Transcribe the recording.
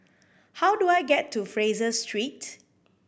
how do I get to Fraser Street